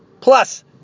Plus